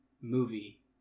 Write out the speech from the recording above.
movie